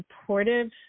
supportive